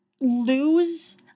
lose